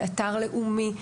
זה אתר לאומי.